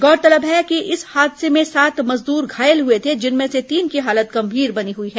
गौरतलब है कि इस हादसे में सात मजदूर घायल हुए थे जिनमें से तीन की हालत गंभीर बनी हुई है